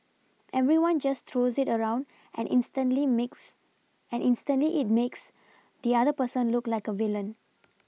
everyone just throws it around and instantly makes and instantly it makes the other person look like a villain